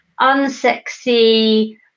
unsexy